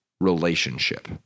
relationship